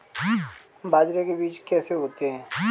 बाजरे के बीज कैसे होते हैं?